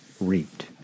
reaped